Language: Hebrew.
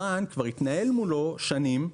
הבנק כבר התנהל מולו שנים.